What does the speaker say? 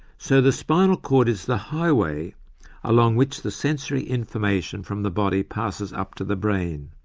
so the spinal cord is the highway along which the sensory information from the body passes up to the brain.